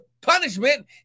punishment